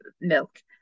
milk